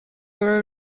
were